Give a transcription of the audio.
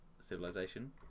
civilization